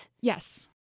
Yes